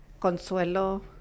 Consuelo